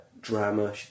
drama